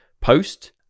post